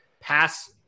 pass